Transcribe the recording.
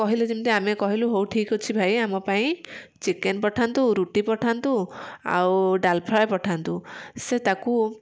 କହିଲେ ଯେମତି ଆମେ କହିଲୁ ହଉ ଠିକ୍ ଅଛି ଭାଇ ଆମ ପାଇଁ ଚିକେନ୍ ପଠାନ୍ତୁ ରୁଟି ପଠାନ୍ତୁ ଆଉ ଡାଲଫ୍ରାଏ୍ ପଠାନ୍ତୁ ସେ ତାକୁ